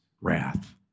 wrath